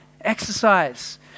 exercise